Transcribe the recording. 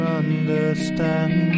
understand